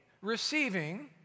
receiving